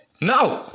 no